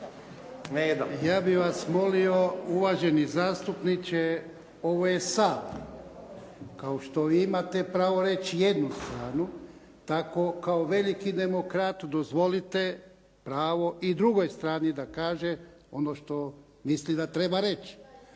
Ja bih vas molio uvaženi zastupniče ovo je Sabor. Kao što vi imate pravo reći jednu stranu tako kao veliki demokrat dozvolite pravo i drugoj strani da kaže ono što misli da treba reći.